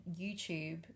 YouTube